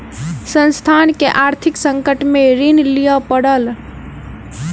संस्थान के आर्थिक संकट में ऋण लिअ पड़ल